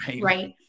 right